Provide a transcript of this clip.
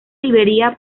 librería